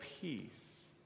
peace